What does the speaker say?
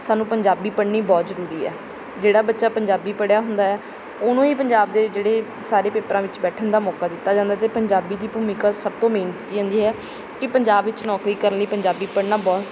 ਸਾਨੂੰ ਪੰਜਾਬੀ ਪੜ੍ਹਨੀ ਬਹੁਤ ਜ਼ਰੂਰੀ ਹੈ ਜਿਹੜਾ ਬੱਚਾ ਪੰਜਾਬੀ ਪੜ੍ਹਿਆ ਹੁੰਦਾ ਹੈ ਉਹਨੂੰ ਹੀ ਪੰਜਾਬ ਦੇ ਜਿਹੜੇ ਸਾਰੇ ਪੇਪਰਾਂ ਵਿੱਚ ਬੈਠਣ ਦਾ ਮੌਕਾ ਦਿੱਤਾ ਜਾਂਦਾ ਅਤੇ ਪੰਜਾਬੀ ਦੀ ਭੂਮਿਕਾ ਸਭ ਤੋਂ ਮੇਨ ਹੈ ਕਿ ਪੰਜਾਬ ਵਿੱਚ ਨੌਕਰੀ ਕਰਨ ਲਈ ਪੰਜਾਬੀ ਪੜ੍ਹਨਾ ਬਹੁਤ